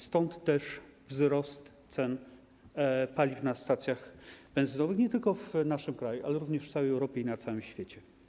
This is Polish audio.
Stąd też wzrost cen paliw na stacjach benzynowych nie tylko w naszym kraju, ale również w całej Europie i na całym świecie.